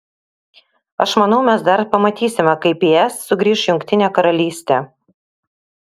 aš manau mes dar pamatysime kaip į es sugrįš jungtinė karalystė